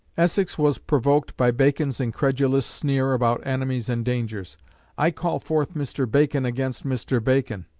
essex was provoked by bacon's incredulous sneer about enemies and dangers i call forth mr. bacon against mr. bacon,